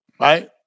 Right